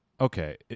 okay